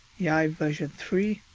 yive version three.